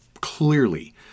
clearly